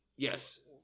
Yes